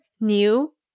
new